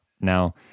Now